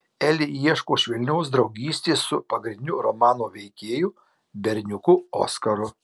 eli ieško švelnios draugystės su pagrindiniu romano veikėju berniuku oskaru